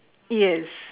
yes